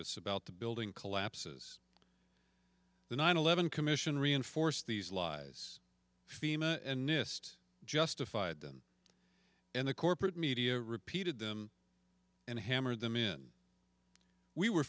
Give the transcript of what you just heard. us about the building collapses the nine eleven commission reinforced these lies fema and nist justified them and the corporate media repeated them and hammer them in we were